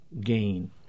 gain